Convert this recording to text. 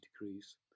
degrees